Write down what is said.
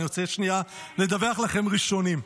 אני רוצה שנייה לדווח לכם ראשונים.